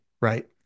right